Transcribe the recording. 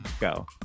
go